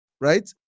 right